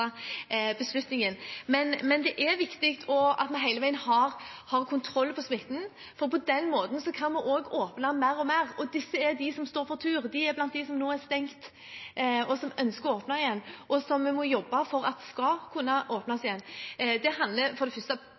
beslutningen. Men det er viktig at vi hele veien har kontroll på smitten, for på den måten kan vi også åpne mer og mer, og det er disse som står for tur. De er blant dem som nå er stengt, og som ønsker å åpne igjen, og som vi må jobbe for skal kunne åpnes igjen. Det handler for det første